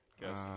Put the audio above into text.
Guess